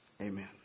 Amen